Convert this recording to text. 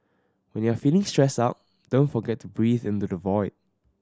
when you are feeling stressed out don't forget to breathe into the void